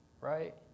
right